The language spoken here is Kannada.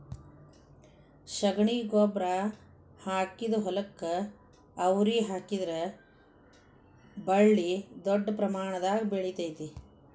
ಶಗಣಿ ಗೊಬ್ಬ್ರಾ ಹಾಕಿದ ಹೊಲಕ್ಕ ಅವ್ರಿ ಹಾಕಿದ್ರ ಬಳ್ಳಿ ದೊಡ್ಡ ಪ್ರಮಾಣದಾಗ ಹಬ್ಬತೈತಿ